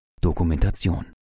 Dokumentation